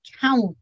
count